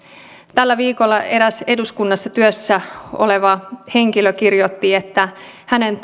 tällä viikolla eräs eduskunnassa työssä oleva henkilö kirjoitti että edes hänen